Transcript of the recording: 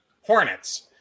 Hornets